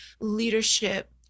leadership